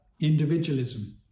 individualism